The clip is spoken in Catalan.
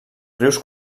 rius